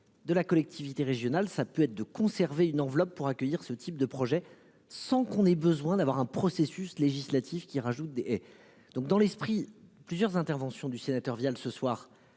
de la collectivité régionale, ça peut être de conserver une enveloppe pour accueillir ce type de projets, sans qu'on ait besoin d'avoir un processus législatif qui rajoute des et donc dans l'esprit plusieurs interventions du sénateur via le ce soir